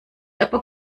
aber